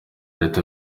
leta